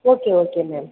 okay okay ma'am